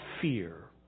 fear